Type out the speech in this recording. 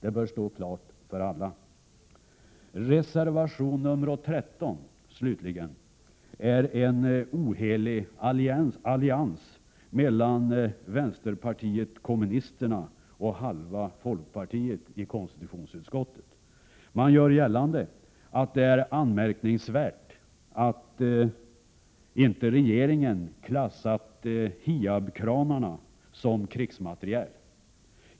Det bör stå klart för alla. Bakom reservation nr 13, slutligen, står en ohelig allians mellan vänsterpartiet kommunisterna och halva folkpartiet i konstitutionsutskottet. Man gör gällande att det är anmärkningsvärt att inte regeringen klassat HIAB-kranarna som krigsmateriel.